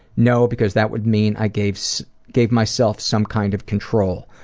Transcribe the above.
no, because that would mean i gave so gave myself some kind of control,